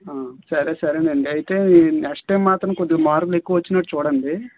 ఆ సరే సరేనండి అయితే ఈ నెక్స్ట్ టైం మాత్రం కొద్దిగా మార్కులు ఎక్కువ వచ్చినట్లు చూడండి